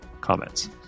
comments